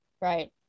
Right